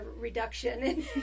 reduction